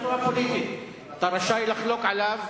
אתה רשאי לחלוק עליו,